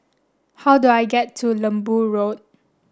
how do I get to Lembu Road